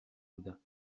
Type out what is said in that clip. بودم